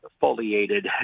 foliated